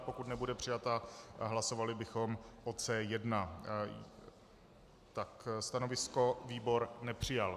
Pokud nebude přijata, hlasovali bychom o C1. Stanovisko výbor nepřijal.